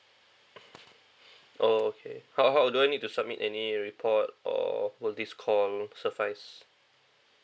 orh okay how how do I need to submit any report or will this call suffice